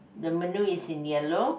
the menu is in yellow